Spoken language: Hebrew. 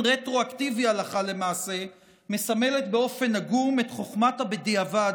רטרואקטיבי הלכה למעשה מסמלת באופן עגום את חוכמת הבדיעבד,